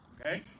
Okay